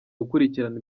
gukurikirana